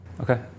Okay